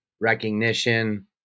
recognition